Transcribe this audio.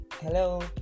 hello